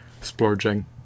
splurging